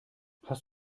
hast